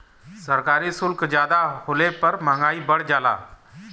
सरकारी सुल्क जादा होले पे मंहगाई बढ़ जाला